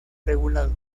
regulado